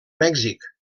mèxic